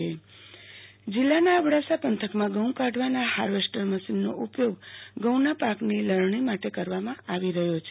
આરતી ભદ્દ અબડાસો ઘઉ કાં પણી જિલ્લા અબડાસા પંથકુમાં ઘઉ કાઢવાના હાર્વેસ્ટર મશીનો ઉપયોગ ઘઉના પાકની લણણી માટે કરવામાં આવી રહ્યો છે